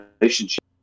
relationship